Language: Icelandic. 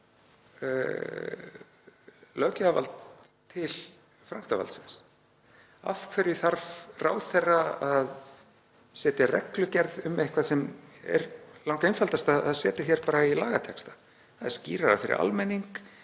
löggjafarvaldið til framkvæmdarvaldsins. Af hverju þarf ráðherra að setja reglugerð um eitthvað sem er langeinfaldast að setja bara í lagatexta? Það er skýrara fyrir almenning